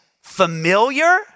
familiar